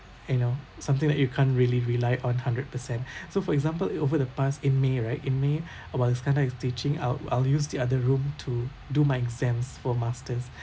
you know something that you can't really rely on hundred per cent so for example over the past in may right in may uh while iskandar is teaching I'll I'll use the other room to do my exams for masters